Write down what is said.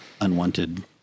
unwanted